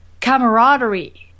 camaraderie